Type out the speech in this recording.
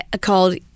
called